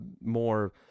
more